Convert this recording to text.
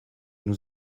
nous